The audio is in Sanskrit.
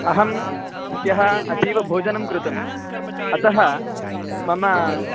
अहं ह्यः अतीव भोजनं कृतम् अतः मम